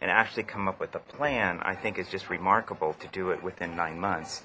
and actually come up with a plan i think is just remarkable to do it within nine months